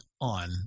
on